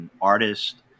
artist